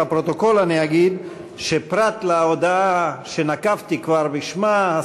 לפרוטוקול אני אגיד שפרט להודעה שנקבתי כבר בשמה,